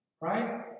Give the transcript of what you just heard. Right